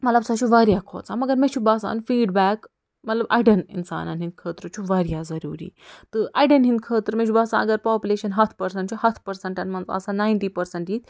مطلب سۄ چھِ وارِیاہ کھوٚژان مگر مےٚ چھُ باسان فیٖڈبیک مطلب اَڑٮ۪ن اِنسانن ہِنٛد خٲطرٕ چھُ وارِیاہ ضروٗری تہٕ اَڑٮ۪ن ہِنٛد خٲطرٕ مےٚ چھُ باسان اگر پاپلیٚشن ہتھ پٔرسنٛٹ چھُ ہَتھ پٔرسنٛٹن منٛز آسان ناینٹی پٔرسنٛٹ یِتھ